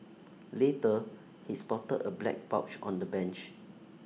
later he spotted A black pouch on the bench